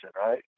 right